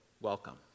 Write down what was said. welcome